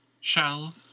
Shall